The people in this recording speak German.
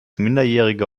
minderjährige